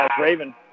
Raven